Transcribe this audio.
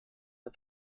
der